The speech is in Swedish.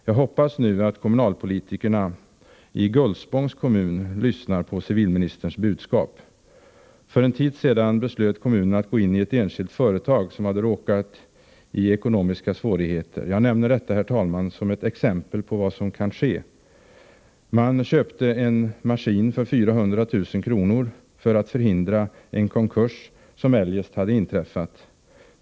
Jag hoppas att kommunalpolitikerna i Gullspångs kommun lyssnar på civilministerns budskap. För en tid sedan beslöt kommunen att gå in i ett enskilt företag som råkat i ekonomiska svårigheter. Jag nämner detta, herr talman, som ett exempel på vad som kan ske. Man köpte en maskin för 400 000 kr. för att förhindra en konkurs som eljest hade inträffat.